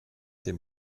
dem